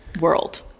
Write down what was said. world